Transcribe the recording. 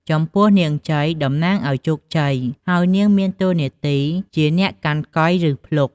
ចំពោះនាងជ័យ តំណាងឱ្យជោគជ័យ ហើយនាងមានតួនាទីជាអ្នកកាន់កុយ ឬភ្លុក ។